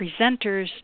presenters